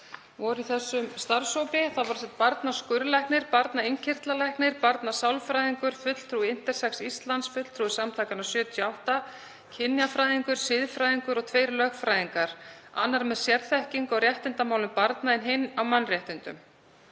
voru í þessum starfshópi. Það var barnaskurðlæknir, barnainnkirtlalæknir, barnasálfræðingur, fulltrúi Intersex Íslands, fulltrúi Samtakanna '78, kynjafræðingur, siðfræðingur og tveir lögfræðingar, annar með sérþekkingu á réttindamálum barna en hinn á mannréttindum.